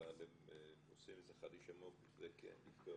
אבל הם עושים חריש עמוק כדי כן לפתוח.